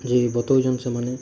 ଯେ ବତଉଛନ୍ ସେମାନେ